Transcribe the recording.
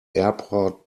airport